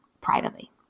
privately